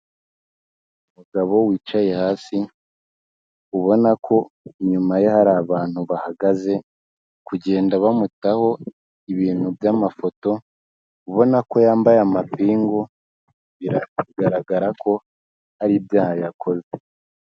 Umugabo wicaye hasi ubona ko inyuma ye hari abantu bahagaze, bari kugenda bamutaho ibintu by'amafoto ubona ko yambaye amapingu, biragaragara ko hari ibyaha yakoze.